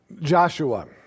Joshua